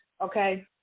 okay